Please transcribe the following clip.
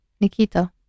Nikita